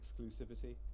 exclusivity